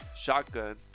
shotgun